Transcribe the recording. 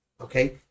okay